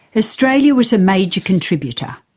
australia was a major contributor.